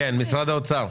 משרד האוצר.